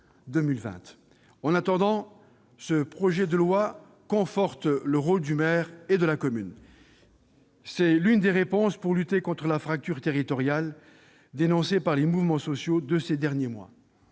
En attendant, ce projet de loi conforte le rôle du maire et de la commune. Il s'agit de l'une des réponses pour lutter contre la fracture territoriale dénoncée par les mouvements sociaux de ces derniers mois.